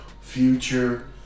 future